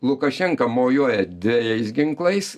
lukašenka mojuoja dvejais ginklais